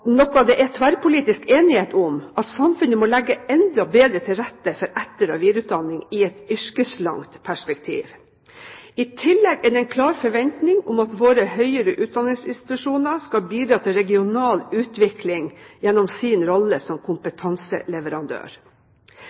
noe det er tverrpolitisk enighet om; at samfunnet må legge enda bedre til rette for etter- og videreutdanning i et yrkeslangt perspektiv. I tillegg er det en klar forventning om at våre høyere utdanningsinstitusjoner skal bidra til regional utvikling gjennom sin rolle som kompetanseleverandør.